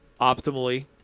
optimally